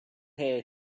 here